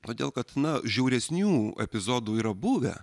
todėl kad na žiauresnių epizodų yra buvę